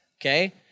okay